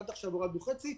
עד עכשיו הורדנו חצי.